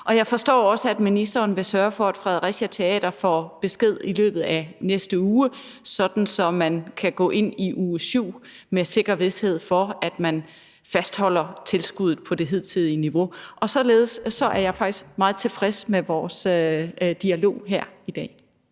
og jeg forstår også, at ministeren vil sørge for, at Fredericia Teater får besked i løbet af næste uge, sådan at man kan gå ind i uge 7 med sikker vished for, at man fastholder tilskuddet på det hidtidige niveau. Således er jeg faktisk meget tilfreds med vores dialog her i dag.